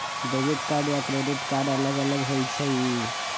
Debit card या credit card अलग होईछ ई?